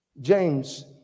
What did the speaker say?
James